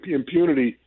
impunity